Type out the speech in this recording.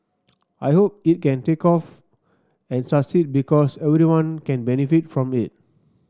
I hope it can take off and succeed because everyone can benefit from it